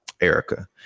erica